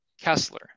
Kessler